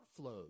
outflows